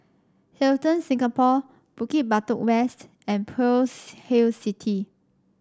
Hilton Singapore Bukit Batok West and Pearl's Hill City